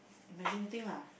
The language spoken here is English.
majority lah